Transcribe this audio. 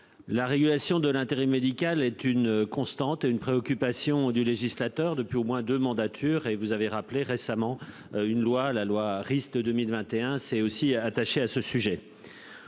La régulation de l'intérêt médical est une constante et une préoccupation du législateur depuis au moins 2 mandatures et vous avez rappelé récemment une loi la loi Rist 2021 s'est aussi attaché à ce sujet.